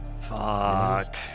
Fuck